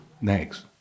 next